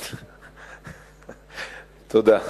תודה.